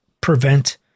prevent